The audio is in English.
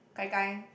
gai gai